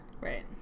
Right